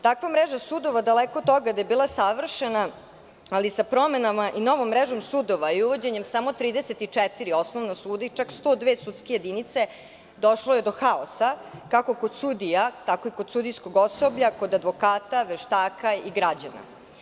Takva mreža sudova daleko od toga da je bila savršena, ali sa promenama i novom mrežom sudova i uvođenjem samo 34 osnovna suda i čak 102 sudske jedinice, došlo je do haosa kako kod sudija, tako i kod sudijskog osoblja, kod advokata, veštaka i građana.